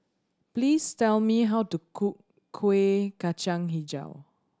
please tell me how to cook Kuih Kacang Hijau